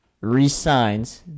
re-signs